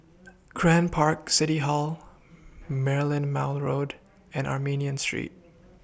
Grand Park City Hall Merlimau Road and Armenian Street